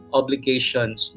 obligations